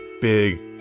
Big